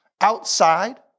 outside